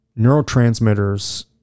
neurotransmitters